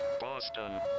Boston